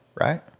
Right